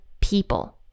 people